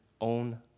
own